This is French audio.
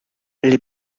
les